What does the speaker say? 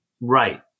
Right